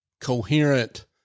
coherent